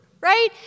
Right